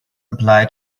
apply